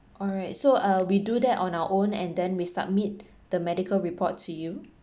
all right so uh we do that on our own and then we submit the medical report to you